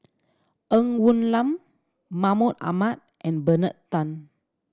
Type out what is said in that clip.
Ng Woon Lam Mahmud Ahmad and Bernard Tan